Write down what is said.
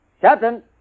Captain